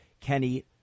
Kenny